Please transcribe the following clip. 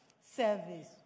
service